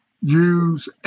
use